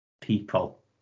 people